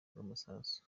rw’amasasu